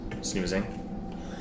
snoozing